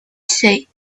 said